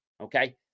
okay